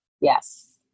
Yes